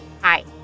Hi